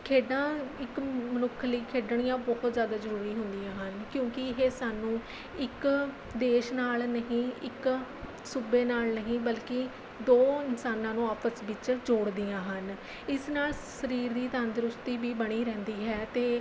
ਖੇਡਾਂ ਇੱਕ ਮਨੁੱਖ ਲਈ ਖੇਡਣੀਆਂ ਬਹੁਤ ਜ਼ਿਆਦਾ ਜ਼ਰੂਰੀ ਹੁੰਦੀਆਂ ਹਨ ਕਿਉਂਕਿ ਇਹ ਸਾਨੂੰ ਇੱਕ ਦੇਸ਼ ਨਾਲ ਨਹੀਂ ਇੱਕ ਸੂਬੇ ਨਾਲ ਨਹੀਂ ਬਲਕਿ ਦੋ ਇਨਸਾਨਾਂ ਨੂੰ ਆਪਸ ਵਿੱਚ ਜੋੜਦੀਆਂ ਹਨ ਇਸ ਨਾਲ ਸਰੀਰ ਦੀ ਤੰਦਰੁਸਤੀ ਵੀ ਬਣੀ ਰਹਿੰਦੀ ਹੈ ਅਤੇ